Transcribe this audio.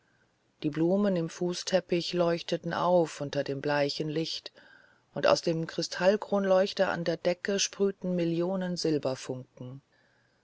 die blumen im fußteppich leuchteten auf unter dem bleichen licht und aus dem krystallkronleuchter an der decke sprühten millionen